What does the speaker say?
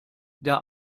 der